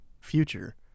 future